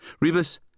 Rebus